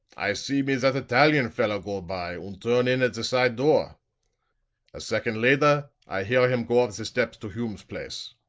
i see me that italian feller go by und turn in at the side door a second lader i hear him go up the steps to hume's place.